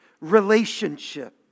relationship